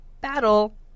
battle